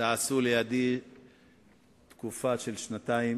שעשו לידי תקופה של שנתיים,